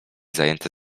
zajęte